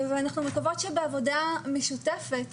אנחנו מקוות שבעבודה משותפת,